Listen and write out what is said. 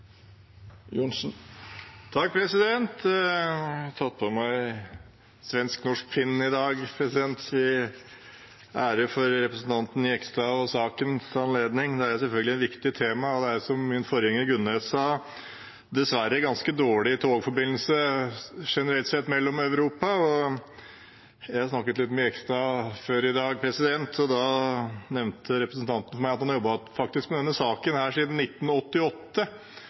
tatt på meg en svensk-norsk pin i dag til ære for representanten Jegstad og i sakens anledning. Det er selvfølgelig et viktig tema. Som min forgjenger Gunnes sa, er det dessverre ganske dårlig togforbindelse generelt sett mellom landene i Europa. Jeg snakket litt med Jegstad før i dag, og da nevnte representanten for meg at han faktisk har jobbet med denne saken siden 1988.